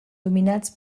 dominats